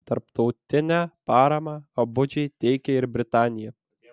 tarptautinę paramą abudžai teikia ir britanija